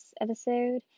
episode